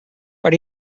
but